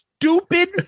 stupid